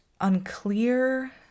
unclear